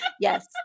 Yes